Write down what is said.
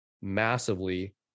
massively